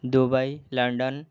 Dubai London